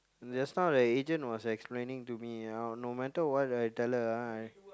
just now the agent was explaining to me ah no matter what I tell her ah